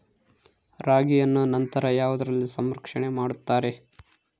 ರಾಗಿಯನ್ನು ನಂತರ ಯಾವುದರಲ್ಲಿ ಸಂರಕ್ಷಣೆ ಮಾಡುತ್ತಾರೆ?